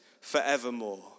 forevermore